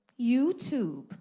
YouTube